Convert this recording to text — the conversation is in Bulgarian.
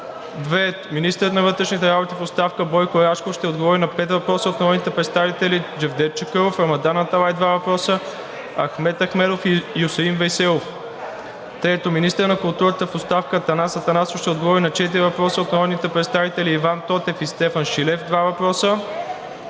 2. Министърът на вътрешните работи в оставка Бойко Рашков ще отговори на пет въпроса от народните представители Джевдет Чакъров; Рамадан Аталай (два въпроса); Ахмед Ахмедов; и Юсеин Вейселов. 3. Министърът на културата в оставка Атанас Атанасов ще отговори на четири въпроса от народните представители Иван Тотев и Стефан Шилев (два въпроса);